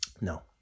No